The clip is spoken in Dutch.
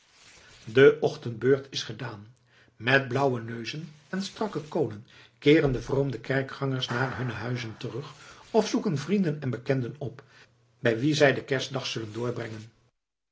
de ochtendbeurt is gedaan met blauwe neuzen en strakke koonen keeren de vrome kerkgangers naar hunne huizen terug of zoeken vrienden en bekenden op bij wie zij den kerstdag zullen doorbrengen